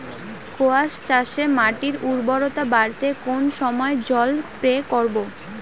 কোয়াস চাষে মাটির উর্বরতা বাড়াতে কোন সময় জল স্প্রে করব?